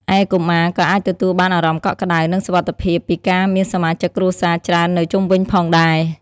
ឯ កុមារក៏អាចទទួលបានអារម្មណ៍កក់ក្តៅ និងសុវត្ថិភាពពីការមានសមាជិកគ្រួសារច្រើននៅជុំវិញផងដែរ។